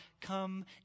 come